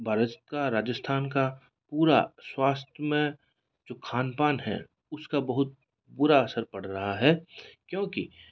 भारत का राजस्थान का पूरा स्वास्थ्य में जो खान पान है उस का बहुत बुरा असर पड़ रहा है क्योंकि